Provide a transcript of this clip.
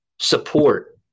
support